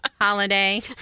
holiday